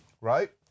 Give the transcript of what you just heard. Right